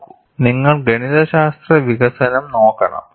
നോക്കൂ നിങ്ങൾ ഗണിതശാസ്ത്ര വികസനം നോക്കണം